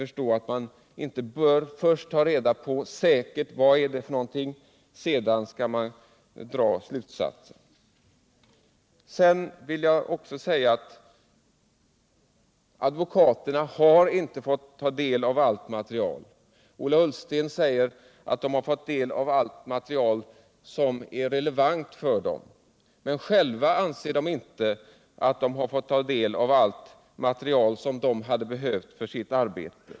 Borde man inte först ta reda på vad som sker innan man drar slutsatser? Jag vill också säga att advokaterna inte har fått del av allt material. Ola Ullsten menar att de fått del av allt som är relevant för dem, men själva anser de inte att de fått ta del av allt material som de hade behövt för sitt arbete.